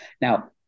Now